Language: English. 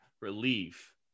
relief